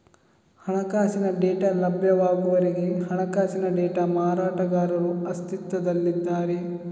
ಹಣಕಾಸಿನ ಡೇಟಾ ಲಭ್ಯವಾಗುವವರೆಗೆ ಹಣಕಾಸಿನ ಡೇಟಾ ಮಾರಾಟಗಾರರು ಅಸ್ತಿತ್ವದಲ್ಲಿದ್ದಾರೆ